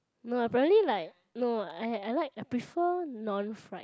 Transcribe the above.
no apparently like no I I like I prefer non fried